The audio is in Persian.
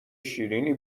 شیریننی